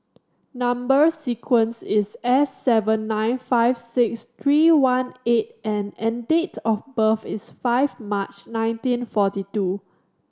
number sequence is S seven nine five six three one eight N and date of birth is five March nineteen forty two